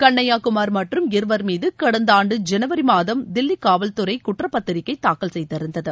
கண்ணையாகுமார் மற்றும் இருவர் மீது கடந்த ஆண்டு ஜனவரி மாதம் தில்லி காவல்துறை குற்றப்பத்திரிகை தாக்கல் செய்திருந்தது